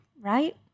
Right